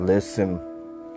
Listen